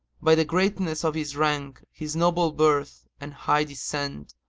by the greatness of his rank, his noble birth, and high descent,